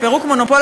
ממשלתי.